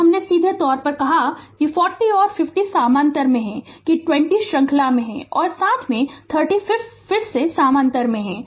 तो हमने सीधे तौर पर कहा है कि 40 और 50 समानांतर में हैं कि 20 श्रृंखला में है और साथ में 30 फिर से समानांतर में है